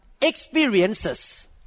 experiences